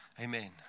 Amen